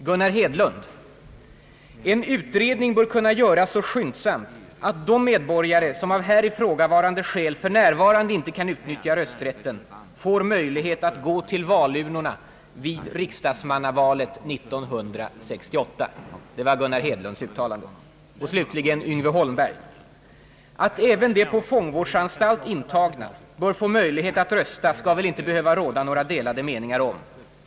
Gunnar Hedlund: En utredning »bör kunna göras så skyndsamt att de medborgare som av här ifrågavarande skäl för närvarande inte kan utnyitja rösträtten får möjlighet att gå till valurnorna vid riksdagsmannavalet 1968». Och slutligen Yngve Holmberg: »Att även de på fångvårdsanstalt intagna bör få möjlighet att rösta skall väl inte behöva råda några delade meningar om.